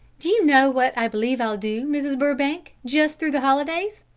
do you know what i believe i'll do, mrs. burbank, just through the holidays?